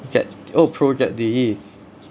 Z oh prozd